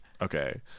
Okay